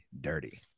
dirty